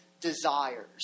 desires